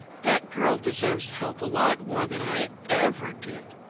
that girl deserves help a lot more than i ever did.